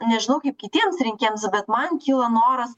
nežinau kaip kitiems rinkėjams bet man kyla noras